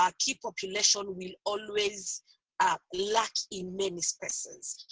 ah key population will always ah lack in many spaces.